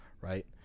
right